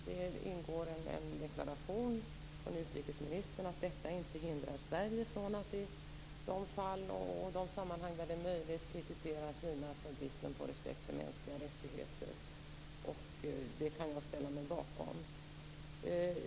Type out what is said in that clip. Det ingår en deklaration från utrikesministern om att detta inte hindrar Sverige från att i de sammanhang där det är möjligt kritisera Kina för bristen på respekt för mänskliga rättigheter. Det kan jag ställa mig bakom.